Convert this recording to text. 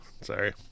sorry